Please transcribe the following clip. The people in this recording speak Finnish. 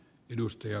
edustaja